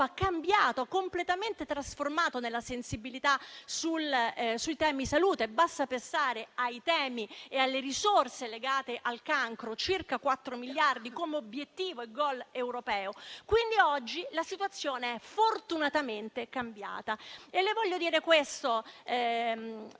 completamente trasformato nella sensibilità sui temi della salute, basti pensare ai temi e alle risorse legate al cancro, con circa 4 miliardi di euro, come obiettivo e *goal* europeo. Quindi, oggi la situazione è fortunatamente cambiata. Voglio dire questo